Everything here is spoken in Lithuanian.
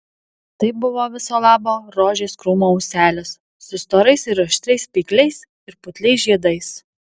tai buvo viso labo rožės krūmo ūselis su storais ir aštrias spygliais ir putliais žiedais